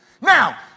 Now